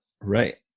Right